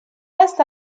reste